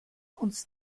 uns